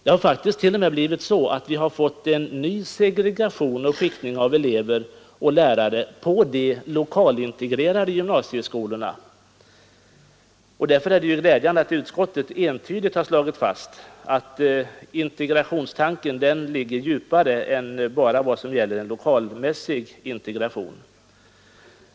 Det har faktiskt t.o.m. skett en ny segregation och skiktning av elever och lärare på de lokalintegrerade gymnasieskolorna. Därför är det glädjande att utskottet entydigt har slagit fast att tanken om integration ligger djupare än i enbart en lokalmässig integration.